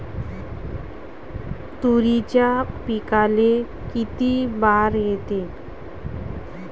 तुरीच्या पिकाले किती बार येते?